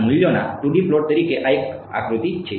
ના મૂલ્યોના 2 D plot તરીકે આ એક આકૃતિ છે